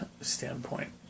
standpoint